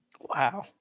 Wow